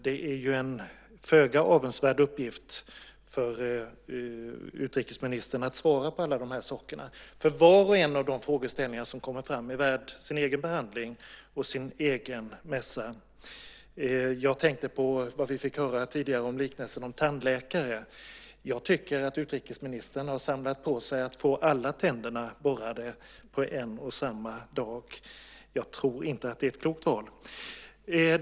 Det är en föga avundsvärd uppgift för utrikesministern att svara på alla de här sakerna. Var och en av de frågeställningar som kommer fram är värd sin egen behandling och sin egen mässa. Vi fick tidigare höra en liknelse om tandläkare. Jag tycker att utrikesministern har samlat på sig att få alla tänderna borrade på en och samma dag. Jag tror inte att det är ett klokt val.